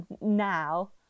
now